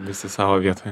visi savo vietoje